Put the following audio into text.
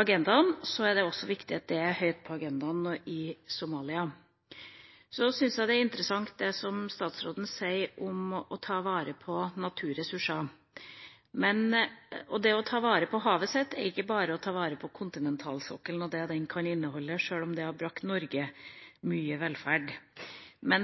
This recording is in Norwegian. agendaen, er det viktig at dette er høyt på agendaen også i Somalia. Så syns jeg det er interessant, det som statsråden sier om å ta vare på naturressursene. Det å ta vare på havet sitt er ikke bare å ta vare på kontinentalsokkelen og det den kan inneholde, sjøl om det har brakt Norge mye velferd.